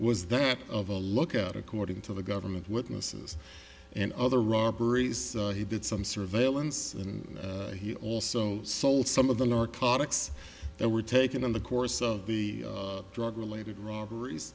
was that of a lookout according to the government witnesses and other robberies he did some surveillance and he also sold some of the narcotics that were taken in the course of the drug related robberies